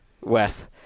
Wes